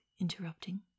interrupting